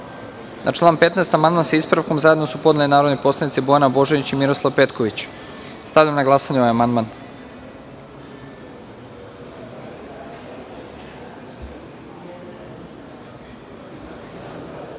član 15. amandman sa ispravkom zajedno su podneli narodni poslanici Bojana Božanić i Miroslav Petković. Stavlj am na glasanje ovaj amandman. Molim